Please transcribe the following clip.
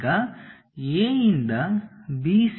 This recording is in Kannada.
ಈಗ A ಯಿಂದ BC